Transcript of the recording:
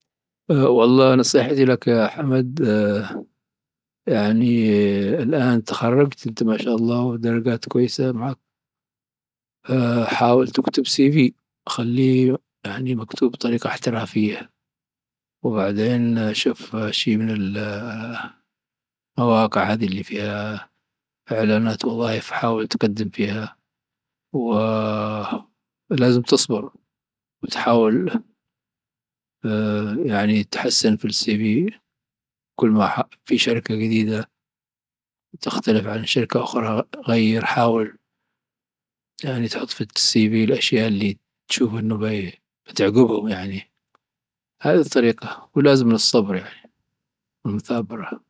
والله نصيحتي لك يا حمد آآ يعني الآن تخرجت وانت ما شاء الله الدرجات كويسة. حاول تكتب سي في. خليه مكتوب بطريقة احترافية وبعدين شوف شي من المواقع هذي اللي فيها إعلانات وظائف حاول تقدم فيها ولازم تصبر. وتحاول يعني تحسن في السي في كل كما في شركة جديدة تختلف عن شركة أخرى غير. حاول يعني تحط في السي الأشياء اللي تشوف انه بتعجبهم. هذه هي الطريقة. ولازم من الصبر والمثابرة.